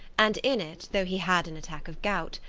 and in it, though he had an attack of gout,